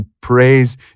praise